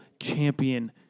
champion